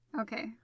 Okay